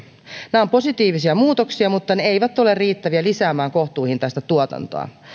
nämä ovat positiivisia muutoksia mutta ne eivät ole riittäviä lisäämään kohtuuhintaista tuotantoa